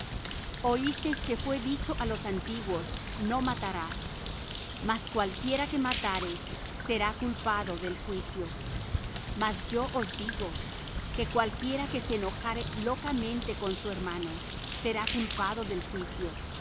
cielos oísteis que fué dicho á los antiguos no matarás mas cualquiera que matare será culpado del juicio mas yo os digo que cualquiera que se enojare locamente con su hermano será culpado del juicio